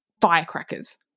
firecrackers